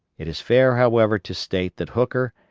it is fair, however, to state that hooker,